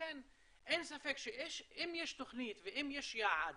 אין ספק שאם יש תוכנית ואם יש יעד